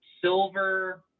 silver